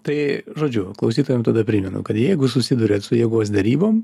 tai žodžiu klausytojam tada primenu kad jeigu susiduriat su jėgos derybom